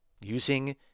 using